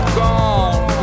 gone